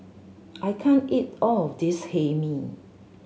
I can't eat all of this Hae Mee